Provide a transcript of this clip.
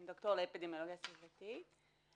אני דוקטור לאפידמיולוגיה סביבתית.